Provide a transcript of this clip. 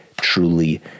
truly